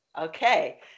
okay